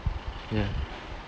ya